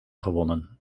gewonnen